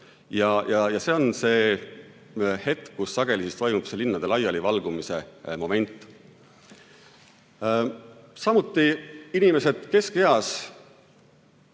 See on see hetk, kus sageli toimub linnade laialivalgumise moment. Samuti inimesed keskeas,